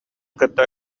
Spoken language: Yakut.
кытта